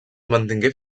mantingué